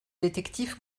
détective